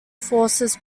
forces